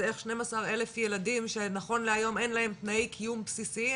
זה - איך 12 אלף ילדים שנכון להיום אין להם תנאיי קיום בסיסיים